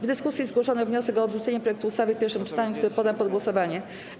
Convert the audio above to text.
W dyskusji zgłoszono wniosek o odrzucenie projektu ustawy w pierwszym czytaniu, który poddam pod głosowanie.